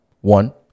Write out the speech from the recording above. One